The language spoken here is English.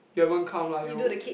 you haven't come lah you